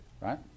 right